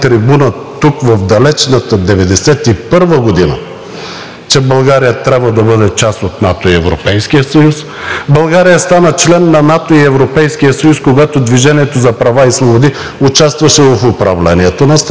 тук в далечната 1991 г., че България трябва да бъде част от НАТО и Европейския съюз. България стана член на НАТО и Европейския съюз, когато „Движение за права и свободи“ участваше в управлението на страната,